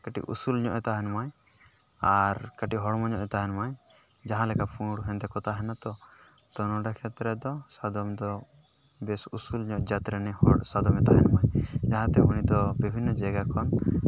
ᱠᱟᱹᱴᱤᱡ ᱩᱥᱩᱞ ᱧᱚᱜᱼᱮ ᱛᱟᱦᱮᱱ ᱢᱟᱭ ᱟᱨ ᱠᱟᱹᱴᱤᱡ ᱦᱚᱲᱢᱚ ᱧᱚᱜᱼᱮ ᱛᱟᱦᱮᱱ ᱢᱟᱭ ᱡᱟᱦᱟᱸᱞᱮᱠᱟ ᱯᱩᱬᱼᱦᱮᱸᱫᱮ ᱠᱚ ᱛᱟᱦᱮᱱᱟᱛᱚ ᱛᱳ ᱱᱚᱸᱰᱮ ᱠᱷᱮᱛᱨᱮ ᱨᱮᱫᱚ ᱥᱟᱫᱚᱢ ᱫᱚ ᱵᱮᱥ ᱩᱥᱩᱞ ᱧᱚᱜ ᱡᱟᱹᱛ ᱨᱮᱱᱮ ᱥᱟᱫᱚᱢᱮ ᱛᱟᱦᱮᱱ ᱢᱟ ᱡᱟᱦᱟᱸᱛᱮ ᱩᱱᱤᱫᱚ ᱵᱤᱵᱷᱤᱱᱱᱚ ᱡᱟᱭᱜᱟ ᱠᱷᱚᱱ